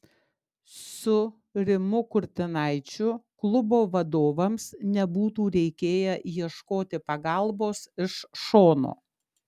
su rimu kurtinaičiu klubo vadovams nebūtų reikėję ieškoti pagalbos iš šono